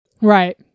Right